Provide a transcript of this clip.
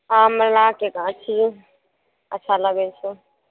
आँमलाके गाछी अच्छा लागय छै